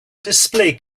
display